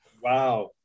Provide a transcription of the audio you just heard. Wow